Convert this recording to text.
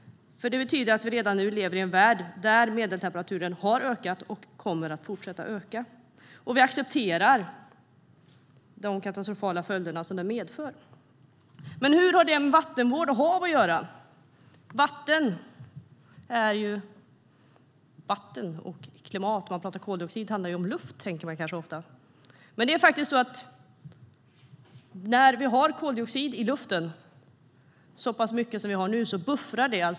Det betyder att vi redan nu lever i en värld där medeltemperaturen har ökat och kommer att fortsätta att öka. Vi accepterar de katastrofala följderna som det medför. Men hur har det med vattenvård och hav att göra? Vatten är ju vatten. När man talar om klimat och koldioxid handlar det om luft, tänker man kanske ofta. När vi har så pass mycket koldioxid i luften som vi har nu buffrar det.